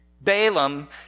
Balaam